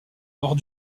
hors